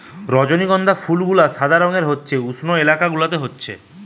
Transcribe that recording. রজনীগন্ধা ফুল গুলা সাদা রঙের হতিছে উষ্ণ এলাকা গুলাতে হতিছে